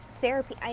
Therapy